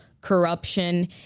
corruption